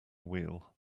wheel